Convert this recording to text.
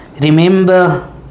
Remember